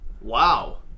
Wow